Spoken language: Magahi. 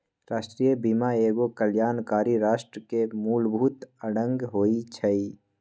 राष्ट्रीय बीमा एगो कल्याणकारी राष्ट्र के मूलभूत अङग होइ छइ